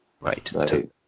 right